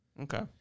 Okay